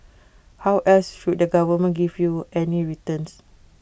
how else should the government give you any returns